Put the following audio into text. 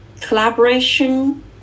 collaboration